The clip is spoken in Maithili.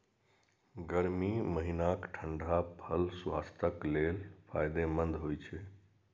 गर्मी महीनाक ठंढा फल स्वास्थ्यक लेल फायदेमंद होइ छै